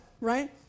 right